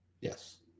yes